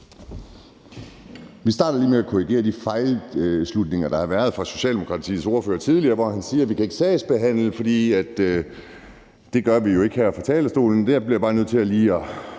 Vi starter lige med at korrigere de fejlslutninger, der har været fra Socialdemokratiets ordfører tidligere. Han siger, at vi ikke kan sagsbehandle, fordi det jo ikke er noget, vi gør heroppe fra talerstolen. Jeg bliver bare lige nødt til at